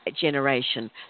generation